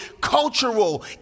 cultural